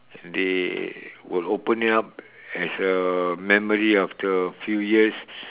they will open it up as a memory after a few years